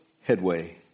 headway